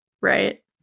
Right